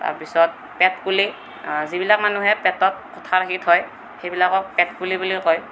তাৰ পিছত পেট কুলি যিবিলাক মানুহে পেটত কথা ৰাখি থয় সেইবিলাকক পেট কুলি বুলি কয়